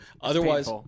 Otherwise